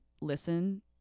listen